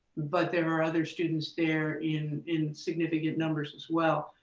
but there are other students there in in significant numbers as well.